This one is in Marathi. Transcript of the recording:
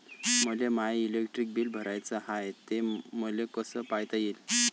मले माय इलेक्ट्रिक बिल भराचं हाय, ते मले कस पायता येईन?